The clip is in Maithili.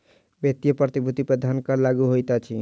वित्तीय प्रतिभूति पर धन कर लागू होइत अछि